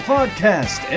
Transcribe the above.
Podcast